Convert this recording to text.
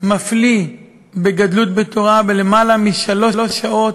מפליא בגדלות בתורה למעלה משלוש שעות,